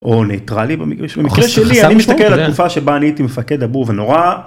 או ניטרלי במקרה שלי אני מסתכל על התקופה שבה אני הייתי מפקד אבוב ונורא.